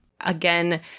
Again